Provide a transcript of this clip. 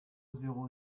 zéro